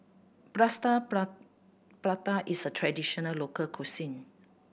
Plaster Prata is a traditional local cuisine